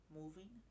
moving